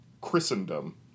Christendom